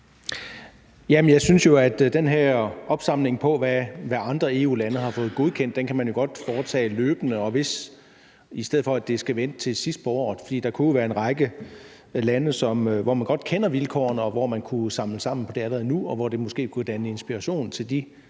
kan foretage den her opsamling af, hvad andre EU-lande har fået godkendt, i stedet for at det skal vente til sidst på året. For der kunne jo være en række lande, hvor man godt kender vilkårene, og hvor man kunne samle op på det allerede nu, hvilket måske kunne være inspiration til de